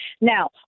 Now